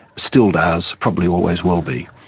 still does, probably always will be.